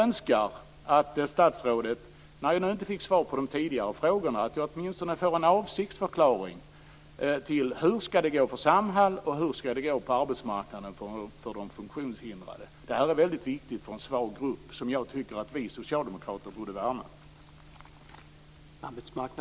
När jag nu inte fick svar på de tidigare frågorna önskar jag att statsrådet åtminstone ville ge mig en avsiktsförklaring. Hur skall det gå för Samhall, och hur skall det gå för de funktionshindrade på arbetsmarknaden? Det här är väldigt viktigt för en svag grupp, som jag tycker att vi socialdemokrater borde värna.